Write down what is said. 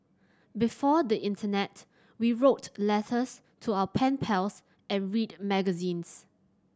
before the internet we wrote letters to our pen pals and read magazines